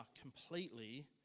completely